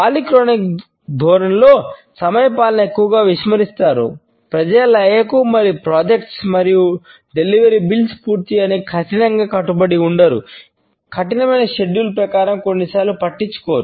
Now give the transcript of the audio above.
polychronic ప్రకారం కొన్నిసార్లు పట్టించుకోరు